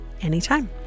anytime